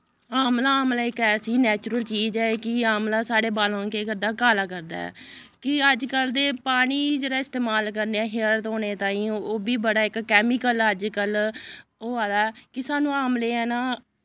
आमला आमला इक ऐसी नैचरल चीज ऐ कि आमला साढ़े बालें गी केह् करदा काला करदा ऐ कि अजकल्ल ते पानी जेह्ड़ा इस्तेमाल करने हेयर धोने ताईं ओह् बी बड़ा इक कैमिकल अजकल्ल होआ दा कि सानूं आमले न